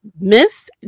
miss